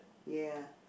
ya